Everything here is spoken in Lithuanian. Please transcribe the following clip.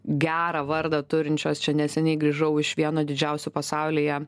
gerą vardą turinčios čia neseniai grįžau iš vieno didžiausių pasaulyje